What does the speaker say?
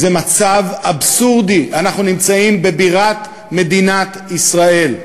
זה מצב אבסורדי, אנחנו נמצאים בבירת מדינת ישראל.